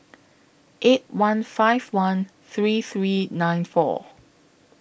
eight one five one three three nine four